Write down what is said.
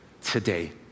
today